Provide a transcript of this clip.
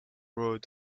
road